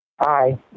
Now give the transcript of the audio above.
Hi